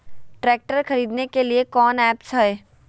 Tractor खरीदने के लिए कौन ऐप्स हाय?